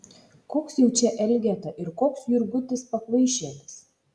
koks jau čia elgeta ir koks jurgutis pakvaišėlis